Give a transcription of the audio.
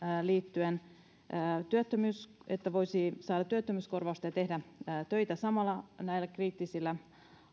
liittyen siihen että voisi saada työttömyyskorvausta ja tehdä samalla töitä näillä kriittisillä